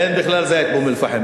אין בכלל זית באום-אל-פחם.